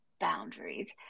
boundaries